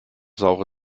saure